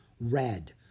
Red